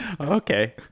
Okay